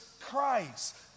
Christ